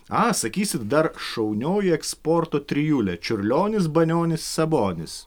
a sakysit dar šaunioji eksporto trijulė čiurlionis banionis sabonis